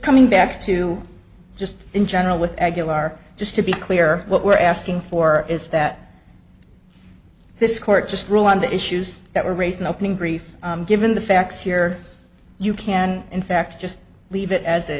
coming back to just in general with aguilar just to be clear what we're asking for is that this court just rule on the issues that were raised in opening brief given the facts here you can in fact just leave it as it